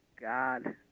God